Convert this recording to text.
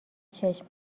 چشم